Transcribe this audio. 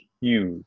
huge